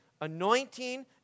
anointing